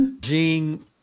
Jean